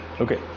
okay